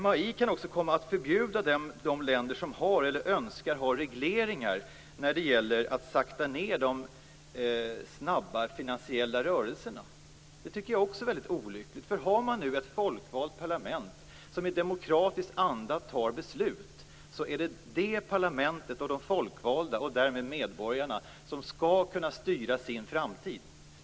MAI kan också komma att förbjuda de länder som har eller som önskar ha regleringar för att sakta ned de snabba finansiella rörelserna. Jag tycker att också det är väldigt olyckligt. Om man har ett folkvalt parlament som tar beslut i demokratisk anda, skall det parlamentet, de folkvalda och därmed medborgarna, kunna styra sin framtid.